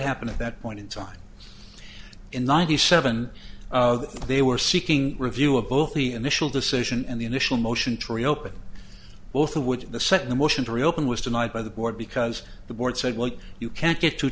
happened at that point in time in ninety seven they were seeking review of both the initial decision and the initial motion to reopen both of which the second the motion to reopen was denied by the board because the board said well you can't get to